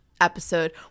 Episode